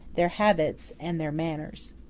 their habits, and their manners.